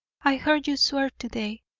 i heard you swear to-day!